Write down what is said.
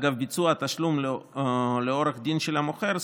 אגב ביצוע התשלום לעורך דין של המוכר,